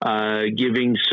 Giving